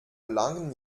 langen